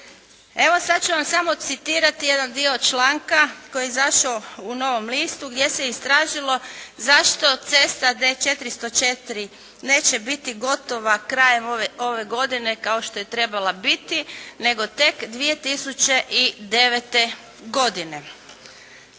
Evo sad ću vam samo citirati jedan dio članka koji je izašao u Novom listu gdje se istražilo zašto cesta D-404 neće biti gotova krajem ove godine kao što je trebala biti nego tek 2009. godine.